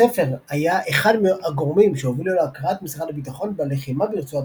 הספר היה אחד הגורמים שהובילו להכרת משרד הביטחון בלחימה ברצועת